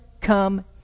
come